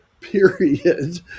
period